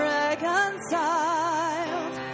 reconciled